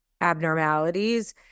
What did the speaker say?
abnormalities